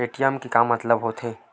ATM के मतलब का होथे?